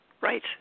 Right